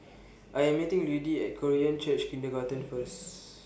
I Am meeting Ludie At Korean Church Kindergarten First